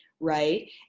Right